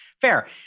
Fair